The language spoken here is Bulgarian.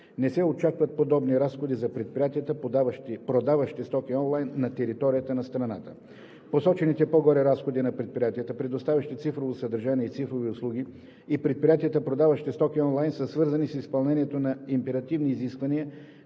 Не се очакват подобни разходи за предприятията, продаващи стоки онлайн на територията на страната. Посочените по-горе разходи на предприятията, предоставящи цифрово съдържание и цифрови услуги, и предприятията, продаващи стоки онлайн, са свързани с изпълнението на императивни изисквания